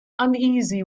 uneasy